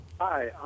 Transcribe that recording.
Hi